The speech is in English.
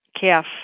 calf